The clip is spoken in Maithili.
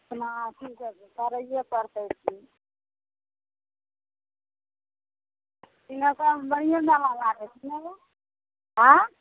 अपना अथी सब करैए पड़तै सिँहेश्वरमे बढ़िएँ मेला लागै छै आँए